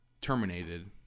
terminated